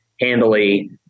handily